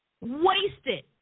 Wasted